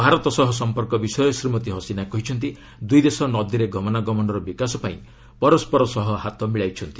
ଭାରତ ସହ ସମ୍ପର୍କ ବିଷୟରେ ଶ୍ରୀମତୀ ହସିନା କହିଚନ୍ତି ଦୂଇ ଦେଶ ନଦୀରେ ଗମନା ଗମନର ବିକାଶ ପାଇଁ ପରସ୍କର ସହ ହାତ ମିଳାଇଛନ୍ତି